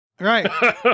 Right